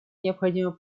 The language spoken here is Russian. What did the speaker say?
необходимо